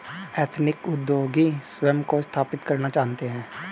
ethnic उद्योगी स्वयं को स्थापित करना जानते हैं